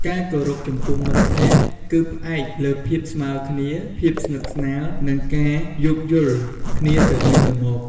ការគោរពចំពោះមិត្តភក្តិ គឺផ្អែកលើភាពស្មើគ្នា ភាពស្និទ្ធស្នាល និងការយោគយល់គ្នាទៅវិញទៅមក។